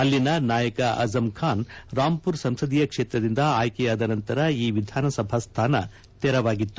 ಅಲ್ಲಿಯ ನಾಯಕ ಅಝಂ ಖಾನ್ ರಾಂಪುರ್ ಸಂಸದೀಯ ಕ್ಷೇತ್ರದಿಂದ ಆಯ್ಕೆಯಾದ ನಂತರ ಈ ವಿಧಾನಸಭಾ ಸ್ಥಾನ ತೆರವಾಗಿತ್ತು